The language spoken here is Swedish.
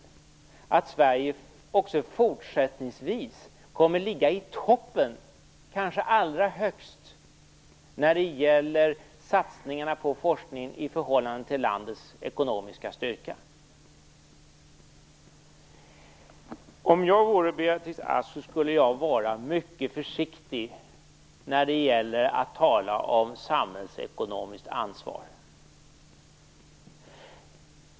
Sverige kommer nämligen också fortsättningsvis att ligga i toppen, kanske allra högst, när det gäller satsningarna på forskning i förhållande till landets ekonomiska styrka. Om jag vore Beatrice Ask skulle jag vara mycket försiktig med att tala om samhällsekonomiskt ansvar.